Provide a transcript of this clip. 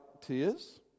tears